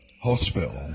Hospital